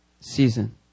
season